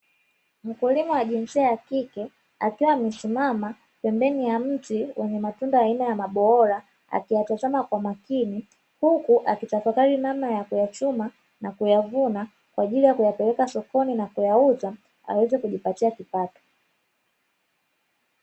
Mkulima wa jinsia ya kike akiwa amesimama pembeni ya mti wenye matunda aina ya mabohora, akiyatazama kwa makini huku akitafakari namna ya kuyachuma na kuyavuna kwa ajili ya kuyapeleka sokoni na kuyauza aweze kujipatia kipato.